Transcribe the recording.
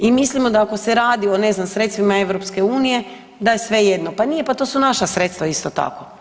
I mislimo da ako se radi o ne znam, sredstvima EU-a, da je svejedno, pa nije, pa to su naša sredstva isto tako.